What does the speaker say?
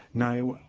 now,